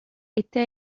esta